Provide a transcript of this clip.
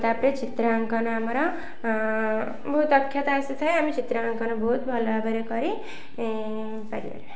ତା'ପରେ ଚିତ୍ରାଙ୍କନ ଆମର ବହୁତ ଦକ୍ଷତା ଆସିଥାଏ ଆମେ ଚିତ୍ରାଙ୍କନ ବହୁତ ଭଲ ଭାବରେ କରି ପାରି ପାରିବା